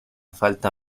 falta